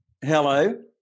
Hello